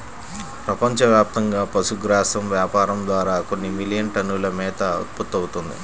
ప్రపంచవ్యాప్తంగా పశుగ్రాసం వ్యాపారం ద్వారా కొన్ని మిలియన్ టన్నుల మేత ఉత్పత్తవుతుంది